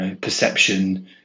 perception